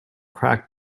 crack